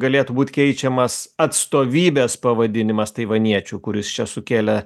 galėtų būt keičiamas atstovybės pavadinimas taivaniečių kuris čia sukėlė